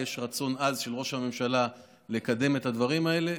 יש רצון עז של ראש הממשלה לקדם את הדברים האלה,